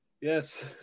Yes